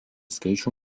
skaičių